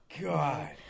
God